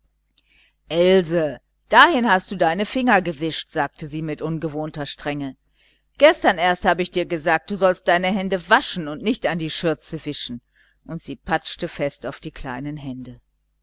else dahin hast du deine finger gewischt sagte sie mit ungewohnter strenge gestern erst habe ich dir gesagt du sollst deine hände waschen und nicht an die schürze wischen und sie patschte fest auf die kleinen hände